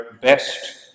best